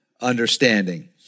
understanding